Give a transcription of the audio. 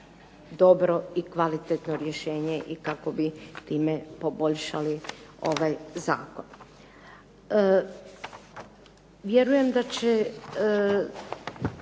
dobro i kvalitetno rješenje i kako bi time poboljšali ovaj zakon. Vjerujem da će